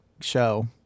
show